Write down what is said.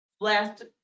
last